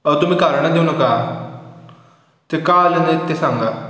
अव तुम्ही कारणं देऊ नका ते का आलं नाहीत ते सांगा